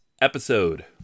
episode